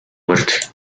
muerte